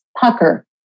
pucker